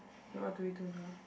okay what do we do now